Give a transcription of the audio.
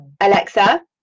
Alexa